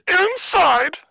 Inside